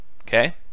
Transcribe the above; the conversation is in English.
Okay